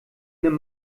nimm